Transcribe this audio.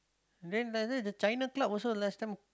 then the China club also last time